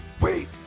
Wait